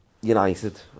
United